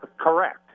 Correct